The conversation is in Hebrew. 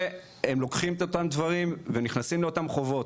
והם לוקחים את אותם דברים ונכנסים לאותם חובות.